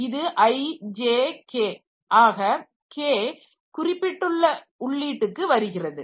இது i j k ஆக k குறிப்பிட்ட உள்ளீட்டுக்கு வருகிறது